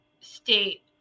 state